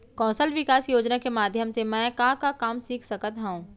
कौशल विकास योजना के माधयम से मैं का का काम सीख सकत हव?